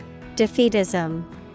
Defeatism